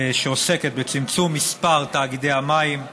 שעוסקת בצמצום מספר תאגידי המים והביוב,